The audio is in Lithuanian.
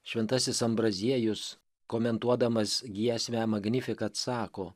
šventasis ambraziejus komentuodamas giesmę magnifikat sako